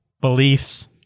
beliefs